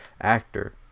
actor